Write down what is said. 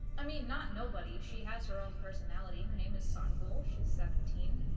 i mean not nobody she has her own personality her name is sahn ghul she's seventeen